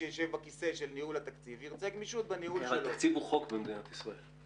התקציב הוא חוק במדינת ישראל.